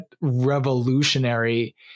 revolutionary